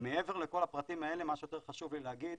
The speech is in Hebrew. מעבר לכל הפרטים האלה מה שיותר חשוב לי להגיד